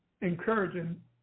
encouraging